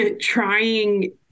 trying